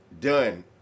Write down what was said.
done